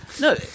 No